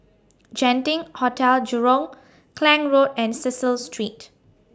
Genting Hotel Jurong Klang Road and Cecil Street